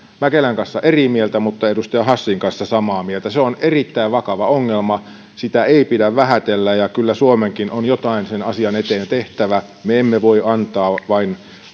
mäkelän kanssa eri mieltä mutta edustaja hassin kanssa samaa mieltä se on erittäin vakava ongelma sitä ei pidä vähätellä ja kyllä suomenkin on jotain sen asian eteen tehtävä me emme voi antaa vain